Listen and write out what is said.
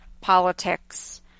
politics